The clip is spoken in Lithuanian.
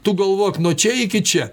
tu galvok nuo čia iki čia